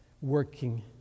working